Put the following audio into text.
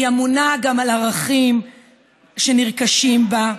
היא אמונה גם על ערכים שנרכשים בה,